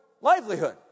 livelihood